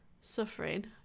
suffering